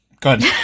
good